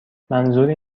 منظوری